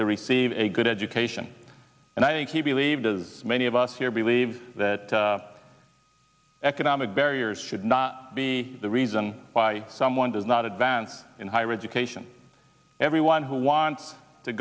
to receive a good education and i think he believed is many of us here believe that economic barriers should not be the reason why someone does not advance in higher education everyone who wants to